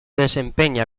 desempeña